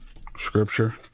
scripture